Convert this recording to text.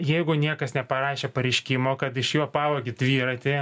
jeigu niekas neparašė pareiškimo kad iš jo pavogė dviratį